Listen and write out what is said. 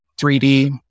3d